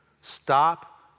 Stop